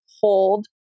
hold